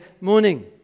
morning